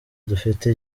dufite